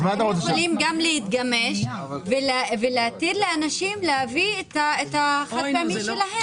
אתם יכולים גם להתגמש ולהתיר לאנשים להביא את החד-פעמי שלהם.